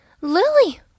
Lily